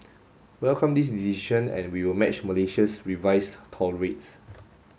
welcome this decision and we will match Malaysia's revised toll rates